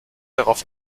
darauf